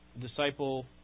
disciple